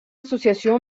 associació